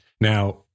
Now